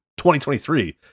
2023